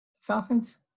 Falcons